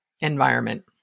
environment